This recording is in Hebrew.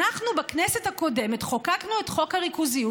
אנחנו בכנסת הקודמת חוקקנו את חוק הריכוזיות,